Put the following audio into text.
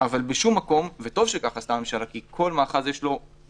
אבל בשום מקום וטוב שכך עשתה הממשלה כי כל לכל מאחז יש בעיות